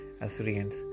Assyrians